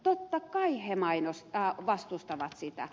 totta kai he vastustavat sitä